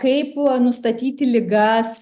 kaip nustatyti ligas